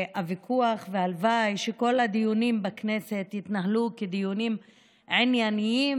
והלוואי שכל הדיונים בכנסת יתנהלו כדיונים עניינים